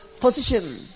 position